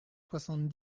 soixante